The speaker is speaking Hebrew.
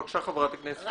בבקשה, חברת הכנסת פדידה.